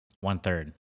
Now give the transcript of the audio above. One-third